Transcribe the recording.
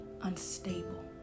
unstable